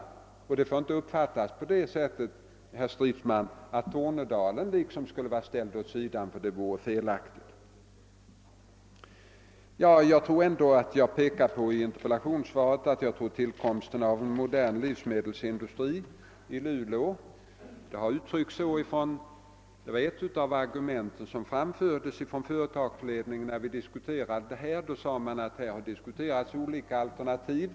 Situationen får inte uppfattas på det sättet, herr Stridsman, att Tornedalen liksom skulle vara ställd åt sidan, ty det vore felaktigt. I interpellationssvaret har jag pekat på tillkomsten av en modern livsmedelsindustri i Luleå. Företagsledningen framhöll, när vi diskuterade den lokaliseringen, att olika alternativ hade förts på tal.